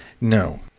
no